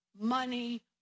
money